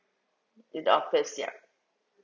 in the office ya